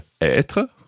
être